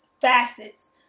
facets